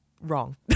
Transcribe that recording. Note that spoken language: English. wrong